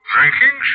Drinking